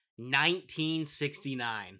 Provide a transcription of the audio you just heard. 1969